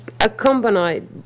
accompanied